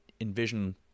envision